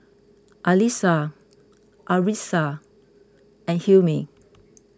Alyssa Arissa and Hilmi